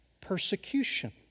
persecution